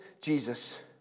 Jesus